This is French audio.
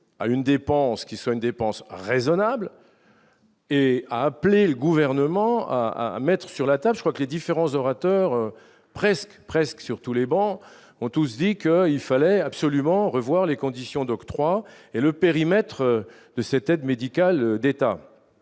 à une dépense qui soit dépenses raisonnables et a appelé le gouvernement à mettre sur la tête, je crois que les différents orateurs presque presque sur tous les bancs, ont tous dit qu'il fallait absolument revoir les conditions d'octroi et le périmètre de ses têtes médicale d'État,